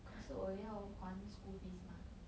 可是我也要还 school fees mah